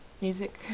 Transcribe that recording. music